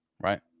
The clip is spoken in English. right